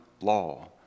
law